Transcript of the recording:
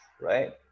right